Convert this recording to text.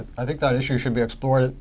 i think that issue should be explored,